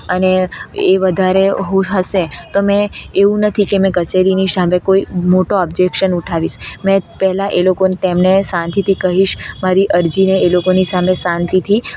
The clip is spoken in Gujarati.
અને એ વધારે હશે તો મેં એવું નથી કે મેં કચેરીની સામે કોઈ મોટો ઓબ્જેક્શન ઉઠાવીસ મેં પહેલાં એ લોકોને તેમને શાંતિથી કહીશ મારી અરજીને એ લોકોની સામે શાંતિથી